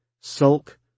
sulk